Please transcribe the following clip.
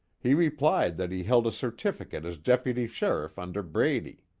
he replied that he held a certificate as deputy sheriff under brady.